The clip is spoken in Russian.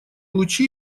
лучи